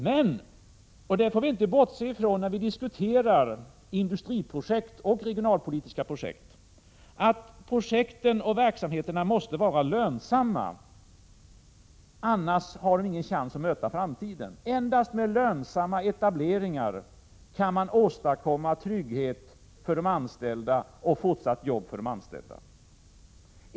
Men när vi diskuterar industriprojekt och regionalpolitiska projekt får vi inte bortse från att verksamheten måste vara lönsam. Annars har den ingen chans att möta framtiden. Endast med lönsamma etableringar kan man åstadkomma trygghet och fortsatt arbete för de anställda.